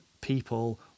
people